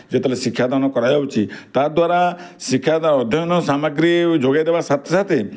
ଯେତେବେଳେ ଶିକ୍ଷା ଦାନ କରାଯାଉଛି ତାଦ୍ୱାରା ଶିକ୍ଷାର ଅଧ୍ୟୟନ ସାମଗ୍ରୀ ଯୋଗାଇ ଦେବା ସାଥେ ସାଥେ